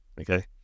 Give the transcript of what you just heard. okay